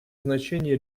значение